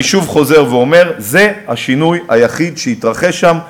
אני שוב חוזר ואומר: זה השינוי היחיד שהתרחש שם.